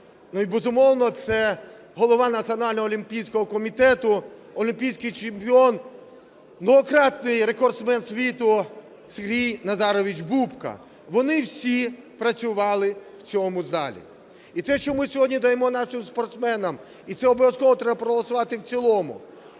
олімпійського комітету, олімпійський чемпіон, багатократний рекордсмен світу Сергій Назарович Бубка. Вони всі працювали в цьому залі. І те, що ми сьогодні даємо нашим спортсменам, і це обов'язково треба проголосувати в цілому,